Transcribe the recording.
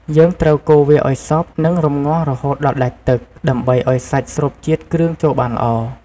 យើងត្រូវកូរវាឱ្យសព្វ និងរម្ងាស់រហូតដល់ដាច់ទឹក ដើម្បីឱ្យសាច់ស្រូបជាតិគ្រឿងចូលបានល្អ។